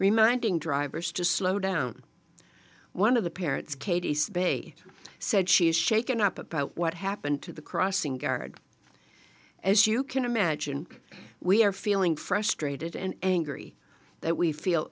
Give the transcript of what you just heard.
reminding drivers to slow down one of the parents katie say said she is shaken up about what happened to the crossing guard as you can imagine we are feeling frustrated and angry that we feel